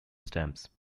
stamps